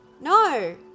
No